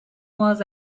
was